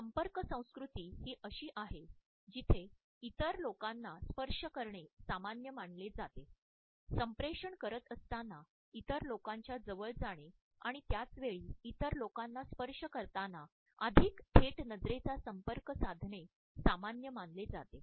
संपर्क संस्कृती ही अशी आहे जिथे इतर लोकांना स्पर्श करणे सामान्य मानले जाते संप्रेषण करीत असताना इतर लोकांच्या जवळ जाणे आणि त्याच वेळी इतर लोकांना स्पर्श करताना अधिक थेट नजरेचा संपर्क साधणे सामान्य मानले जाते